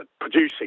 producing